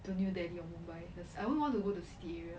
to new delhi and mumbai this I wouldn't want to go to city area